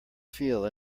feel